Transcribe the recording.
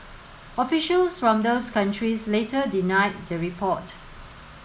officials from those countries later denied the report